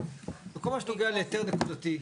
בכל מה שנוגע להיתר נקודתי,